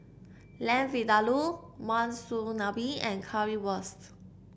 Lamb Vindaloo Monsunabe and Currywurst